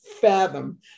fathom